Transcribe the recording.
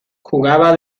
jugaba